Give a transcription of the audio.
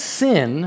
sin